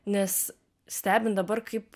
nes stebint dabar kaip